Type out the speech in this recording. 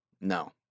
No